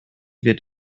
wird